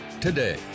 today